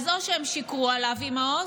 אז או שהם שיקרו לאבי מעוז,